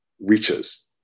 reaches